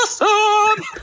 awesome